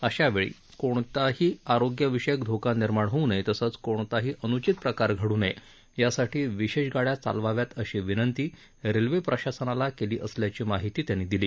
अशावेळी कोणताही आरोग्यविषयक धोका निर्माण होऊ नये तसंच कोणताही अन्चित प्रकार घड् नये यासाठी विशेष गाड्या चालवाव्यात अशी विनंती रेल्वे प्रशासनाला केली असल्याची माहिती त्यांनी दिली